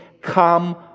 come